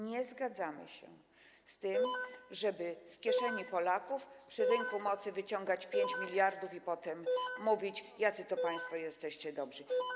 Nie zgadzamy się z tym, żeby z kieszeni Polaków w przypadku rynku mocy wyciągać 5 mld, a potem mówić, jacy to państwo jesteście dobrzy.